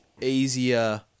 easier